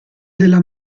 della